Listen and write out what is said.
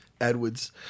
Edwards